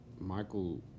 Michael